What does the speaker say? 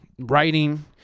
writing